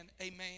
amen